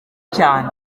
cyane